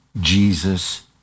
Jesus